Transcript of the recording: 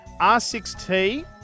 R6T